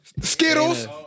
Skittles